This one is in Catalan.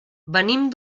venim